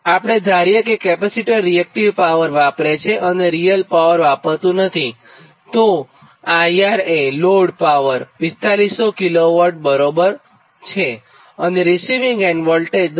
આપણે ધારીએ કે કેપેસિટર રીએક્ટીવ પાવર વાપરે છે અને રીઅલ પાવર વાપરતું નથીતો IR એ લોડ પાવર 4500 કિલોવોટ બરાબર છે અને રીસિવીંગ એન્ડ વોલ્ટેજ 10